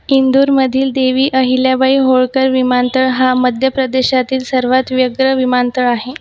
इंदूरमधील देवी अहिल्याबाई होळकर विमानतळ हा मध्य प्रदेशातील सर्वात वेगळं विमानतळ आहे